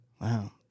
wow